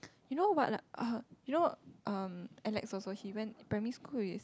you know what like oh you know um Alex also he went primary school with